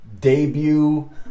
debut